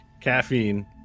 caffeine